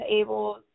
able